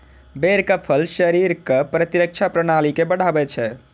बेरक फल शरीरक प्रतिरक्षा प्रणाली के बढ़ाबै छै